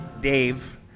Dave